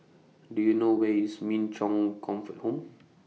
Do YOU know Where IS Min Chong Comfort Home